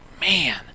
man